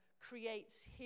creates